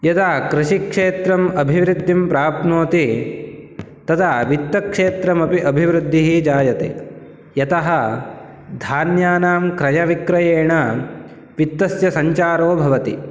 यदा कृषिक्षेत्रम् अभिवृद्धिं प्राप्नोति तदा वित्तक्षेत्रमपि अभिवृद्धिः जायते यतः धान्यानां क्रयविक्रयेण वित्तस्य सञ्चारो भवति